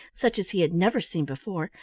such as he had never seen before,